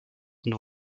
und